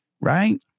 right